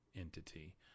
entity